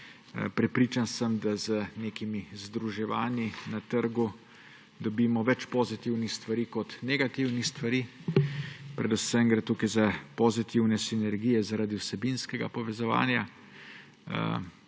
prepričan sem, da z nekimi združevanji na trgu dobimo več pozitivnih stvari kot negativnih stvari. Predvsem gre tukaj za pozitivne sinergije zaradi vsebinskega povezovanja.